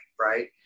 right